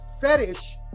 fetish